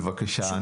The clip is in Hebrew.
בבקשה.